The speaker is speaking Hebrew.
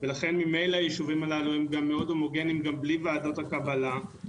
ולכן ממילא היישובים האלה הם מאוד הומוגניים גם בלי ועדות הקבלה.